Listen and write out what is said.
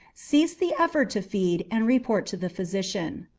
cease the effort to feed, and report to the physician.